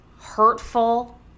hurtful